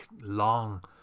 long